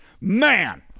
man